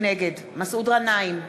נגד מסעוד גנאים,